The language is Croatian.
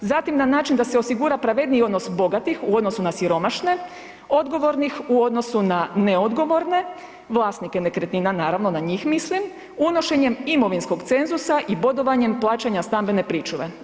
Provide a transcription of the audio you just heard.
Zatim na način da se osigura pravedniji odnos bogatih u odnosu na siromašne, odgovornih u odnosu na neodgovorne, vlasnike nekretnina naravno na njih mislim, unošenjem imovinskog cenzusa i bodovanjem plaćanja stambene pričuve.